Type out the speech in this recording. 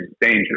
Danger